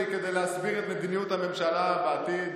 כדי להסביר את מדיניות הממשלה בעתיד.